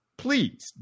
Please